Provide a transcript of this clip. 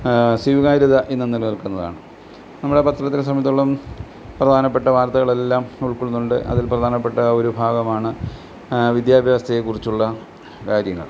സ്വീകാര്യത ഇന്നും നിലനിൽക്കുന്നതാണ് നമ്മുടെ പത്രത്തെ സംബന്ധിച്ചെടുത്തോളം പ്രധാനപ്പെട്ട വാർത്തകളെല്ലാം ഉൾക്കൊള്ളുന്നുണ്ട് അതിൽ പ്രധാനപ്പെട്ട ഒരു ഭാഗമാണ് വിദ്യാഭ്യാസത്തെക്കുറിച്ചുള്ള കാര്യങ്ങൾ